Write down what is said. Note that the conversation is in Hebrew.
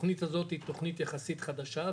התכנית הזו היא תכנית יחסית חדשה,